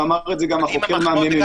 ואמר את זה גם החוקר מה-מ.מ.מ,